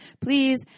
Please